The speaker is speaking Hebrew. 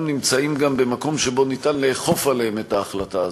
נמצאים במקום שבו אפשר לאכוף עליהם את ההחלטה הזאת.